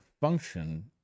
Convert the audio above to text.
function